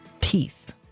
Peace